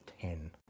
ten